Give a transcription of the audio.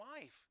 life